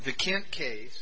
the can case